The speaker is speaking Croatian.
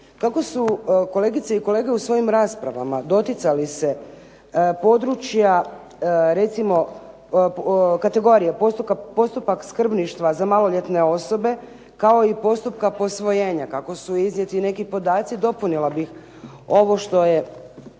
Kako su kolegice i kolege u svojim raspravama doticali se područja recimo kategorija postupak skrbništva za maloljetne osobe kao i postupka posvojenja kako su iznijeti neki podaci dopunila bih ovo podacima